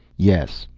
yes.